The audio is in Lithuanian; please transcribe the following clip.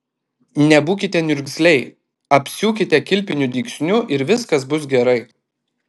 nebūkite niurzgaliai apsiūkite kilpiniu dygsniu ir viskas bus gerai